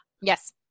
Yes